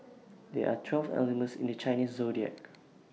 there are twelve animals in the Chinese Zodiac